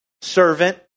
Servant